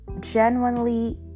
Genuinely